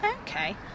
okay